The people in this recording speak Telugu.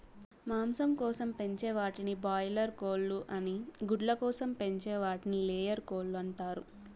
మాంసం కోసం పెంచే వాటిని బాయిలార్ కోళ్ళు అని గుడ్ల కోసం పెంచే వాటిని లేయర్ కోళ్ళు అంటారు